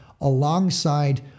alongside